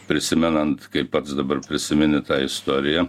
prisimenant kaip pats dabar prisimeni tą istoriją